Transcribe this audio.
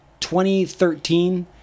2013